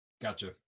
Gotcha